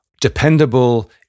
dependable